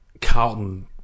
Carlton